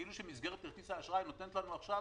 כאילו שמסגרת כרטיס האשראי נותנת לנו עכשיו